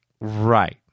Right